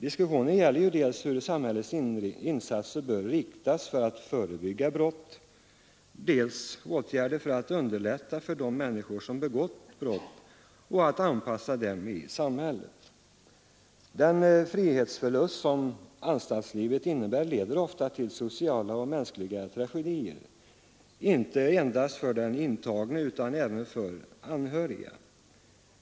Diskussionen gäller ju dels hur samhällets insatser bör riktas för att förebygga brott, dels åtgärder för att underlätta för de människor som begått brott och att anpassa dem i samhället. Den frihetsförlust som anstaltslivet innebär leder ofta till sociala och mänskliga tragedier, inte endast för den intagne utan även för anhöriga.